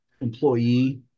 employee